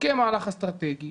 כמהלך אסטרטגי